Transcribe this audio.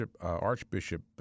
Archbishop